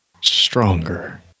stronger